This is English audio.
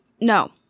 no